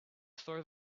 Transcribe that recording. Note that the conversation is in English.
throw